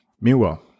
Meanwhile